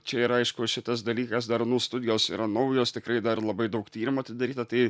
čia yra aišku šitas dalykas dar nu studijos yra naujos tikrai dar labai daug tyrimų atidaryta tai